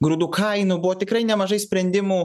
grūdų kainų buvo tikrai nemažai sprendimų